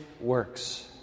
works